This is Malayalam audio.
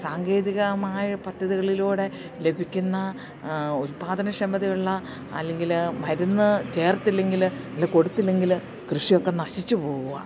സാങ്കേതികമായ പദ്ധതികളിലൂടെ ലഭിക്കുന്ന ഉൽപാദനക്ഷമതയുള്ള അല്ലെങ്കിൽ മരുന്ന് ചേർത്തില്ലെങ്കില് ഇന്ന് കൊടുത്തില്ലെങ്കില് കൃഷിയൊക്കെ നശിച്ചു പോകുവാണ്